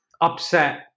upset